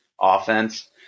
offense